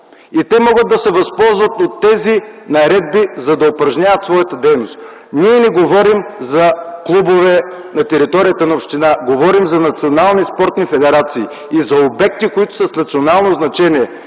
Те могат да се възползват от тези наредби, за да упражняват своята дейност. Ние не говорим за клубове на територията на община, говорим за национални спортни федерации и за обекти, които са с национално значение,